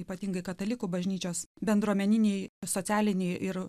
ypatingai katalikų bažnyčios bendruomeninėje socialinėje ir